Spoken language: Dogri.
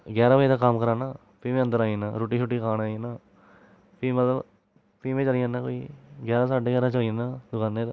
ग्यारह् बजे तक कम्म कराना फ्ही में अंदर आई जन्नां रोटी शोटी खान आई जन्नां फ्ही मतलब फ्ही मै चली जन्नां कोई ग्यारह् साड्डे ग्यारह् चली जन्नां दुकानै पर